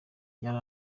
yari